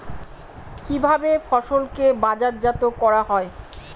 কিভাবে ফসলকে বাজারজাত করা হয়?